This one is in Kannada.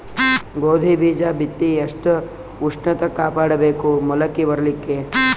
ಗೋಧಿ ಬೀಜ ಬಿತ್ತಿ ಎಷ್ಟ ಉಷ್ಣತ ಕಾಪಾಡ ಬೇಕು ಮೊಲಕಿ ಬರಲಿಕ್ಕೆ?